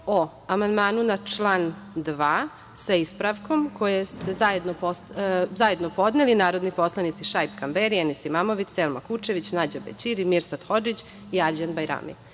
o amandmanu na član 2. sa ispravkom, kojeg su zajedno podneli narodni poslanici Šaip Kamberi, Enis Imamović, Selma Kučević, Nađa Bećiri, Mirsad Hodžić i Ađan Bajrami. Zamolila